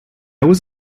was